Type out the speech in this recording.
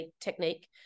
technique